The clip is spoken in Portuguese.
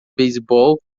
beisebol